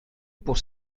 pour